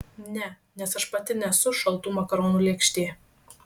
ne nes aš pati nesu šaltų makaronų lėkštė